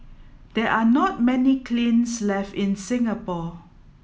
there are not many kilns left in Singapore